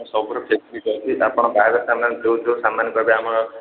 ସବୁର ଅଛି ଆପଣ ବାହାଘର ସାମାନ୍ରେ ଯେଉଁ ଯେଉଁ ସାମାନ୍ କହିବେ ଆମର